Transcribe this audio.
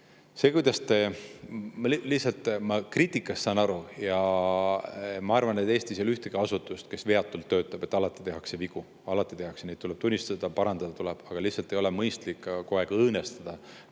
eest!". Lihtsalt, ma kriitikast saan aru ja ma arvan, et Eestis ei ole ühtegi asutust, kes veatult töötab – alati tehakse vigu. Alati tehakse! Neid tuleb tunnistada, tuleb parandada, aga lihtsalt ei ole mõistlik kogu aeg õõnestada